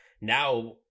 Now